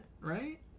right